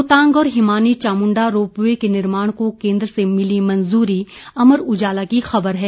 रोहतांग और हिमानी चामुंडा रोपवे के निर्माण को केन्द्र से मिली मंजूरी अमर उजाला की खबर है